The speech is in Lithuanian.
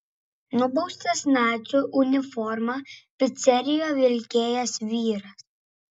nubaustas nacių uniformą picerijoje vilkėjęs vyras